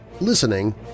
listening